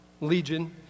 Legion